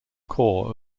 core